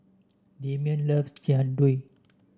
Damion loves Jian Dui